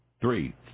Three